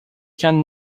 can